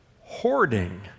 hoarding